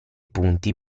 punti